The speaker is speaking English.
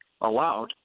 allowed